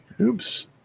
Oops